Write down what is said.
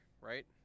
right